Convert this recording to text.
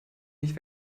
nicht